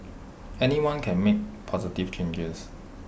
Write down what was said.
anyone can make positive changes